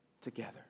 together